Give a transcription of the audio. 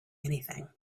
anything